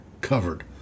covered